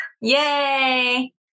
Yay